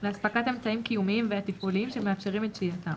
לאספקת אמצעים קיומיים ותפעוליים שמאפשרים את שהייתם,